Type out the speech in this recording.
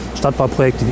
Stadtbauprojekte